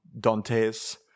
Dante's